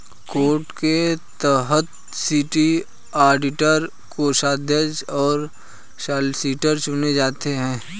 code के तहत city auditor, कोषाध्यक्ष और सॉलिसिटर चुने जाते हैं